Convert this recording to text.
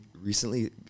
recently